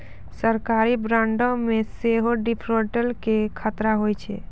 सरकारी बांडो मे सेहो डिफ़ॉल्ट के खतरा होय छै